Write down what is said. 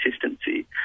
consistency